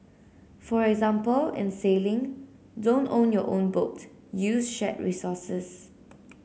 for example in sailing don't own your own boat use shared resources